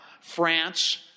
France-